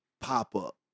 pop-up